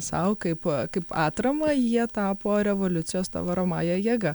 sau kaip kaip atramą jie tapo revoliucijos ta varomąja jėga